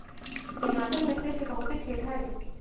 हिमाचल में सेब के बहुते खेत हई